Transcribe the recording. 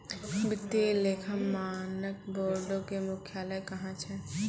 वित्तीय लेखा मानक बोर्डो के मुख्यालय कहां छै?